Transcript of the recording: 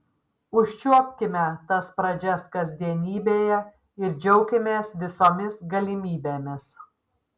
užčiuopkime tas pradžias kasdienybėje ir džiaukimės visomis galimybėmis